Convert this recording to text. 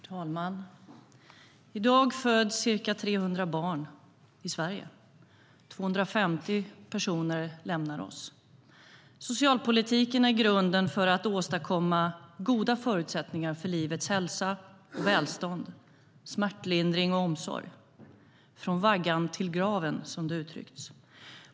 Herr talman! I dag föds ca 300 barn i Sverige, och 250 personer lämnar oss. Socialpolitiken är grunden för att åstadkomma goda förutsättningar för livets hälsa och välstånd, smärtlindring och omsorg - från vaggan till graven, som det har uttryckts.